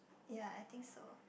ya I think so